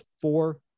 four